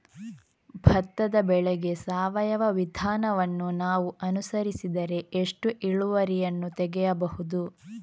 ಭತ್ತದ ಬೆಳೆಗೆ ಸಾವಯವ ವಿಧಾನವನ್ನು ನಾವು ಅನುಸರಿಸಿದರೆ ಎಷ್ಟು ಇಳುವರಿಯನ್ನು ತೆಗೆಯಬಹುದು?